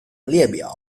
列表